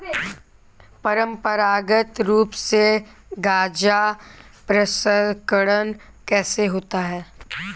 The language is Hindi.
परंपरागत रूप से गाजा प्रसंस्करण कैसे होता है?